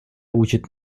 учит